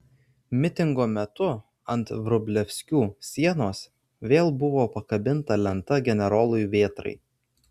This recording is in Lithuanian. mitingo metu ant vrublevskių sienos vėl buvo pakabinta lenta generolui vėtrai